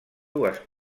dues